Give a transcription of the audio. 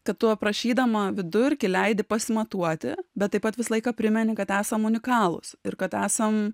kad tu aprašydama vidurkį leidi pasimatuoti bet taip pat visą laiką primeni kad esam unikalūs ir kad esam